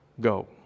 go